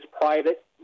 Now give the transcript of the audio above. private